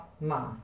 ma